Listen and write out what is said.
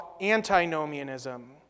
antinomianism